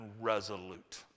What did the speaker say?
resolute